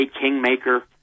kingmaker